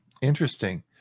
Interesting